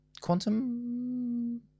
quantum